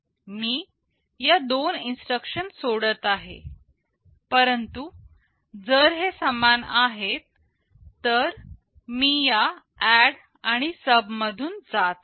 मी या दोन इन्स्ट्रक्शन सोडत आहे परंतु जर हे समान आहेत तर मी या ADD आणि SUB मधून जात आहे